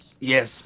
Yes